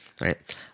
Right